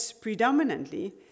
predominantly